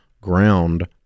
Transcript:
ground